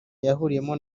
yahuriyemo